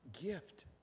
gift